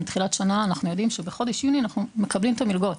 בתחילת השנה אנחנו יודעים שבחודש יוני אנחנו מקבלים את המלגות.